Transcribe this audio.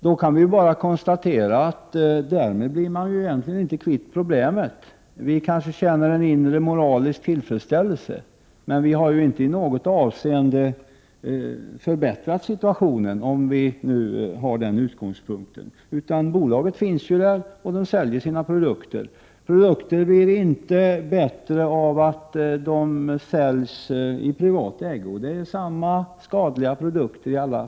Vi kan då bara konstatera att man därmed egentligen inte blir kvitt problemet. Vi kanske därmed känner en inre, moralisk tillfredsställelse, men vi har inte i något avseende förbättrat situationen, om vi nu har den utgångspunkten: Bolaget finns där, och det säljer sina produkter; produkterna blir inte bättre av att de säljs i privat regi; det är samma skadliga produkter ändå.